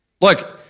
look